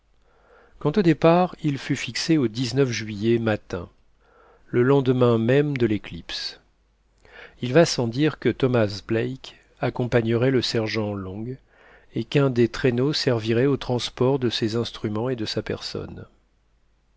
quant au départ il fut fixé au juillet matin le lendemain même de l'éclipse il va sans dire que thomas black accompagnerait le sergent long et qu'un des traîneaux servirait au transport de ses instruments et de sa personne